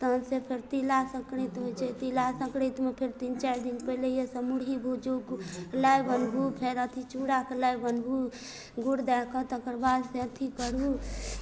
तहनसँ फेर तीला सङ्क्राति होइ छै तीला सङ्क्रातिमे फेर तीन चारि दिन पहिलेसँ मुरही भुजू लाइ बनबू फेर अथी चूड़ाके लाइ बनबू गुड़ दए कऽ तकर बाद से अथी करू